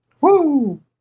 Woo